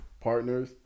Partners